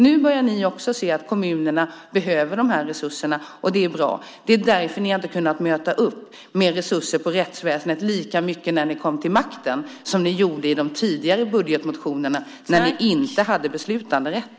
Nu börjar ni också se att kommunerna behöver de här resurserna, och det är bra. Det är därför som ni inte har kunnat möta upp med lika mycket resurser till rättsväsendet när ni kommit till makten som ni gjorde i de tidigare budgetmotionerna, när ni inte hade beslutanderätt.